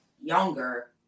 younger